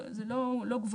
זה לא גבוהות,